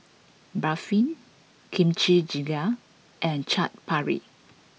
Barfi Kimchi jjigae and Chaat Papri